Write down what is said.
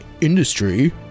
industry